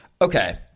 Okay